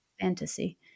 fantasy